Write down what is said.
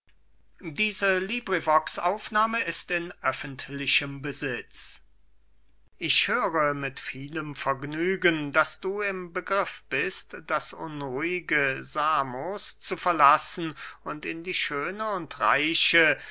xxxii aristipp an hippias ich höre mit vielem vergnügen daß du im begriff bist das unruhige samos zu verlassen und in die schöne und reiche